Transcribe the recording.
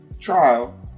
trial